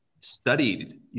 studied